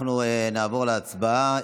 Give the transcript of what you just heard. אנחנו נעבור להצבעה.